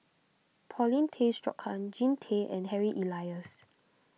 Paulin Tay Straughan Jean Tay and Harry Elias